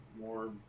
more